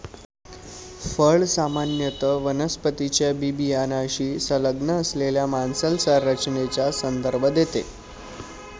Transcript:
फळ सामान्यत वनस्पतीच्या बियाण्याशी संलग्न असलेल्या मांसल संरचनेचा संदर्भ देते